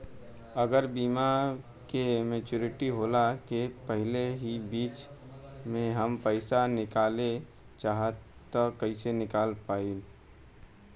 अगर बीमा के मेचूरिटि होला के पहिले ही बीच मे हम पईसा निकाले चाहेम त कइसे निकाल पायेम?